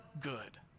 good